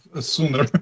sooner